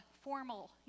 formal